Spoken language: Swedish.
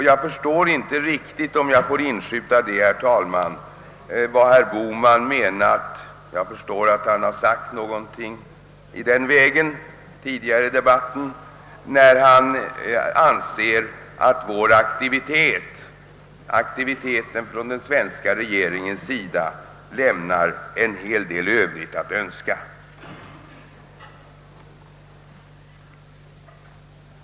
Jag förstår inte riktigt — om jag får inskjuta det här, herr talman — vad herr Bohman menat, när han tidigare under debatten yttrat någonting om att aktiviteten från den svenska regeringens sida lämnar en hel del övrigt att önska.